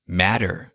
matter